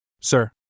Sir